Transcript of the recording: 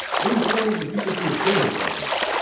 any signs of the people from the coroner's office?